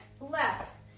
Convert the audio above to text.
left